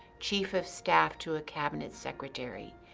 chief of staff to a cabinet secretary,